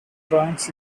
drawings